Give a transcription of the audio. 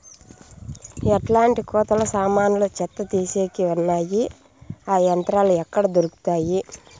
ఎట్లాంటి కోతలు సామాన్లు చెత్త తీసేకి వున్నాయి? ఆ యంత్రాలు ఎక్కడ దొరుకుతాయి?